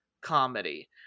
comedy